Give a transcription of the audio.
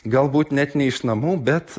galbūt net ne iš namų bet